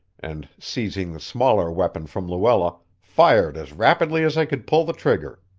and, seizing the smaller weapon from luella, fired as rapidly as i could pull the trigger.